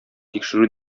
тикшерү